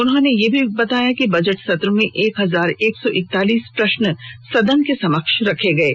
उन्होंने यह भी बताया कि बजट सत्र में एक हजार एक सौ इकतालीस प्रश्न सदन के समक्ष रखे गये